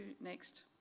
next